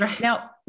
Now